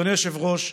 אדוני היושב-ראש,